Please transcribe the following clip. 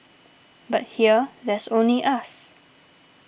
but here there's only us